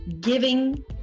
giving